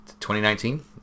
2019